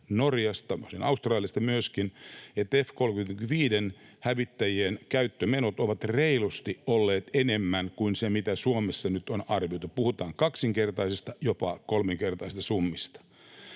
Norjasta, Australiasta myöskin, että F-35-hävittäjien käyttömenot ovat olleet reilusti enemmän kuin se, mitä Suomessa nyt on arvioitu, puhutaan kaksinkertaisista, jopa kolminkertaisista summista.